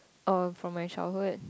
uh from my childhood